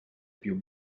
più